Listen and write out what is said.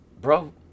Bro